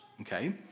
Okay